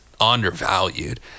undervalued